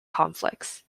conflicts